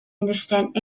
understand